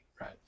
right